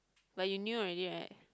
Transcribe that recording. but you knew already right